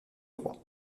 roi